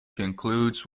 concludes